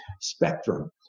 spectrum